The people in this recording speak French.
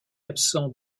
absent